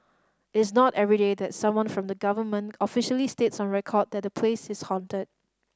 is not everyday that someone from the government officially states on record that a place is haunted